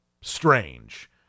strange